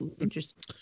interesting